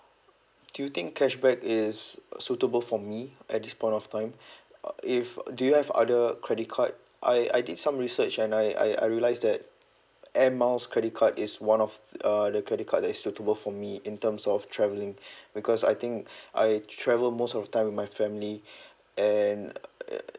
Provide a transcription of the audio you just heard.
do you think cashback is suitable for me at this point of time uh if do you have other credit card I I did some research and I I I realise that air miles credit card is one of uh the credit card that is suitable for me in terms of travelling because I think I travel most of time with my family and uh